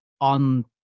on